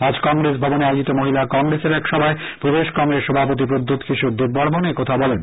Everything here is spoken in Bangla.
আজ কংগ্রেস ভবনে আয়োজিত মহিলা কংগ্রেসের এক সভায় প্রদেশ কংগ্রেস সভাপতি প্রদ্যুৎ কিশোর দেববর্মণ এই কথা বলেন